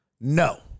no